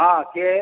ହଁ କିଏ